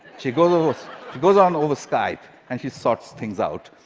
she goes goes on over skype and she sorts things out.